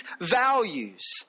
values